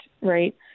right